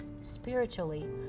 Spiritually